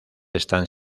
están